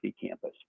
campus